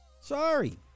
Sorry